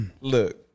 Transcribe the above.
Look